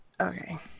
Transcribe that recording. Okay